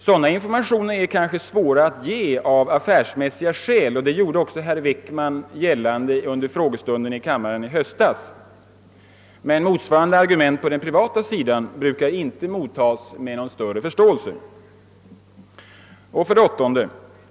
Sådana informationer är kanske svåra att ge av affärsmässiga skäl — såsom herr Wickman också gjorde gällande under den frågestund i höstas då saken diskuterades — men motsvarande argument på den privata sidan brukar inte mottagas med någon större förståelse. 8.